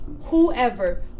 whoever